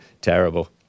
Terrible